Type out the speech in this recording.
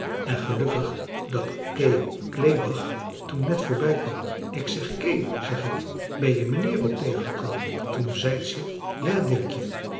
en gelukkig dat kee kleebach toen net voorbijkwam ik zeg kee zeg ik ben je mijnheer ook tegengekomen toen zeit ze ja